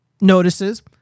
notices